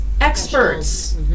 experts